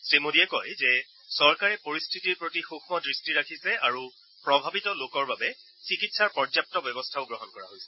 শ্ৰীমোডীয়ে কয় যে চৰকাৰে পৰিস্থিতিৰ ওপৰত সৃক্ষ্ম দৃষ্টি ৰাখিছে আৰু প্ৰভাৱিত লোকৰ বাবে চিকিৎসাৰ পৰ্যাপ্ত ব্যৱস্থাও গ্ৰহণ কৰা হৈছে